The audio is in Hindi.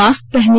मास्क पहने